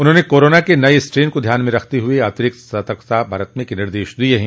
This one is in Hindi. उन्होंने कोरोना के नये स्ट्रेन को ध्यान में रखते हुए अतिरिकत सतर्कता बरतने को निर्देश दिये हैं